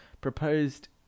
proposed